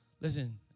Listen